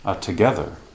together